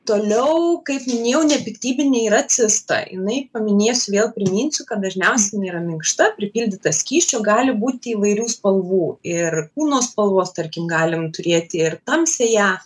toliau kaip minėjau nepiktybiniai yra cista jinai paminėsiu vėl priminsiu kad dažniausiai jinai yra minkšta pripildyta skysčio gali būt įvairių spalvų ir kūno spalvos tarkim galim turėti ir tamsią ją